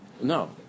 no